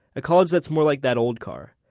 a college that's more like that old car.